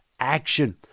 action